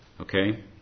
Okay